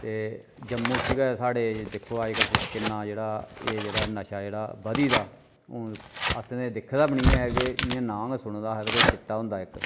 ते जम्मू च अजकल दिक्खो तुस किन्ना जेह्ड़ा एह् जेह्ड़ा नशा जेह्ड़ा बधी गेदा हून असें ते दिक्खे दा बी नेईं ऐ कि इ'यां ना कै सुने दा आखदे चिट्टा होंदा इक